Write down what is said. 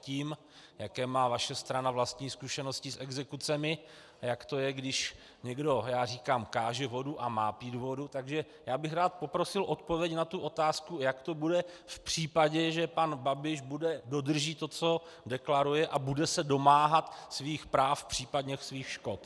A jaké má vaše strana vlastní zkušenosti s exekucemi a jak to je, když někdo, a já říkám, káže vodu a má pít vodu, takže já bych rád poprosil o odpověď na otázku, jak to bude v případě, že pan Babiš dodrží to, co deklaruje, a bude se domáhat svých práv, případně svých škod.